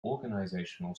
organizational